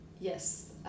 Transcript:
Yes